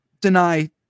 deny